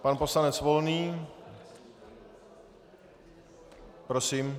Pan poslanec Volný, prosím.